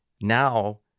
now